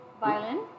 Violin